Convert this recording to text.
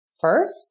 first